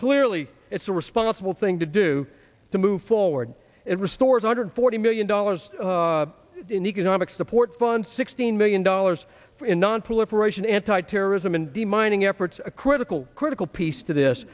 clearly it's a responsible thing to do to move forward and restore hundred forty million dollars in economic support fund sixteen million dollars in nonproliferation anti terrorism and the mining efforts a critical critical piece to this